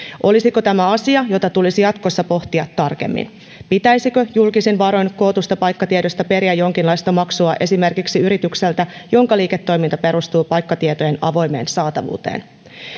olisiko tämä asia jota tulisi jatkossa pohtia tarkemmin pitäisikö julkisin varoin kootusta paikkatiedosta periä jonkinlaista maksua esimerkiksi yritykseltä jonka liiketoiminta perustuu paikkatietojen avoimeen saatavuuteen